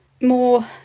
more